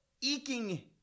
eking